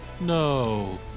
no